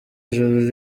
ijuru